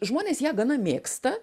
žmonės ją gana mėgsta